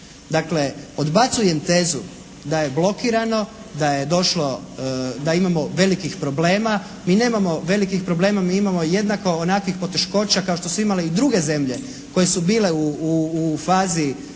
Dakle odbacujem tezu da je blokirano, da je došlo, da imamo velikih problema. Mi nemamo velikih problema. Mi imamo jednako onakvih poteškoća kao što su imale i druge zemlje koje su bile u fazi